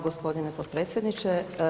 gospodine potpredsjedniče.